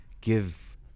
give